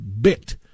bit